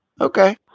Okay